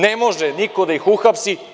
Ne može niko da ih uhapsi.